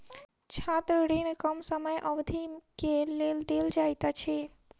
छात्र ऋण कम समय अवधि के लेल देल जाइत अछि